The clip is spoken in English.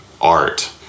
art